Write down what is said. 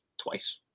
Twice